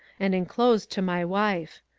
and enclosed to my wife.